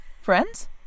Friends